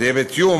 שזה יהיה בתיאום,